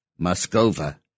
Moskova